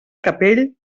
capell